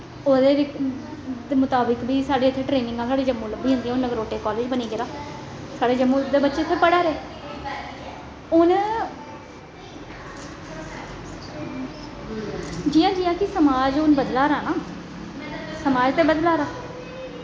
ओह्दे मताबिक बी साढ़े इत्थें ट्रेनिंगां इत्थे साढ़े जम्मू लब्भी जंदियां हून नगरोटे कालेज बनी गेदा साढ़े जम्मू दे बच्चे इत्थें पढ़ा दे हून जियां जियां कि हून समाज़ जियां बदला दा ना समाज़ ते बदला दा